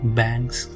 banks